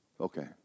Okay